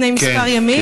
לפני כמה ימים.